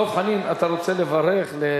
דב חנין, אתה רוצה לברך?